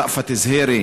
ראפת זוהיירי